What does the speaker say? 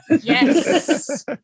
Yes